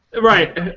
Right